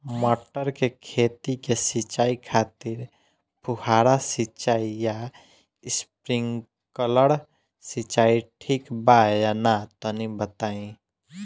मटर के खेती के सिचाई खातिर फुहारा सिंचाई या स्प्रिंकलर सिंचाई ठीक बा या ना तनि बताई?